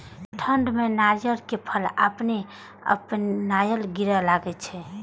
ठंड में नारियल के फल अपने अपनायल गिरे लगए छे?